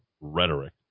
rhetoric